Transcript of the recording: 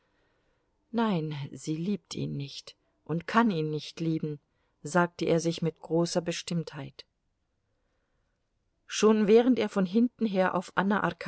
nein sie liebt ihn nicht und kann ihn nicht lieben sagte er sich mit großer bestimmtheit schon während er von hinten her auf anna